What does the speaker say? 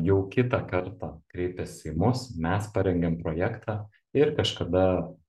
jau kitą kartą kreipėsi į mus mes parengėm projektą ir kažkada